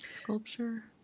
sculpture